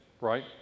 right